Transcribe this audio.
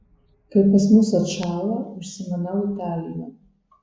kai pas mus atšąla užsimanau italijon